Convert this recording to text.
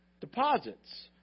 deposits